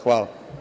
Hvala.